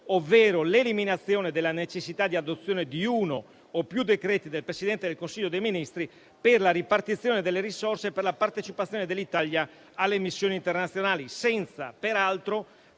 ovvero l'eliminazione della necessità di adozione di uno o più decreti del Presidente del Consiglio dei ministri per la ripartizione delle risorse per la partecipazione dell'Italia alle missioni internazionali, senza peraltro